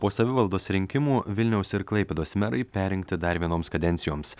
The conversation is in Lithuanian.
po savivaldos rinkimų vilniaus ir klaipėdos merai perrinkti dar vienoms kadencijoms